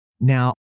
Now